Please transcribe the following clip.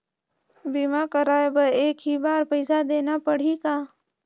बीमा कराय बर एक ही बार पईसा देना पड़ही का?